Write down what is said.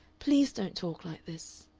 please don't talk like this.